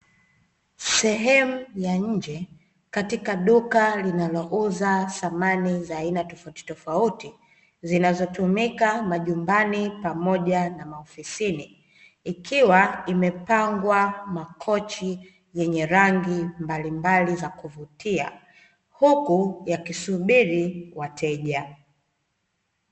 Sehemu ya nje katika duka linalouza samani za aina tofautitofauti; zinazotumika majumbani pamoja na maofisini, ikiwa imepangwa makochi yenye rangi mbalimbali za kuvutia, huku yakisubiri wateja.